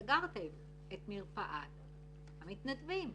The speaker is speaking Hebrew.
סגרתם את מרפאת המתנדבים.